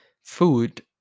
Food